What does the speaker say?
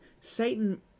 Satan